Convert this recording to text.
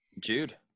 Jude